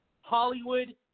Hollywood